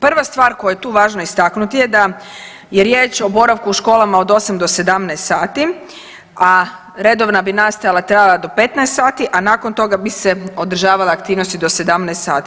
Prva stvar koju je tu važno istaknuti je da je riječ o boravku u školama od 8 do 17 sati, a redovna bi nastava trajala do 15 sati, a nakon toga bi se održavale aktivnosti do 17 sati.